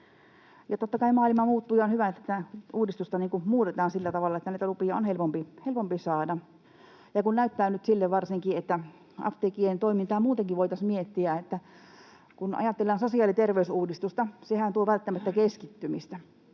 Totta kai maailma muuttuu ja on hyvä, että uudistusta tehdään sillä tavalla, että niitä lupia on helpompi saada, varsinkin kun nyt näyttää siltä, että apteekkien toimintaa muutenkin voitaisiin miettiä. Kun ajatellaan sosiaali- ja terveysuudistusta, sehän tuo välttämättä keskittymistä.